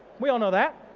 we all know that.